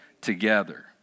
together